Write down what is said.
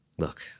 look